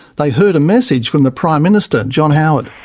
they heard a message from the prime minister, john howard.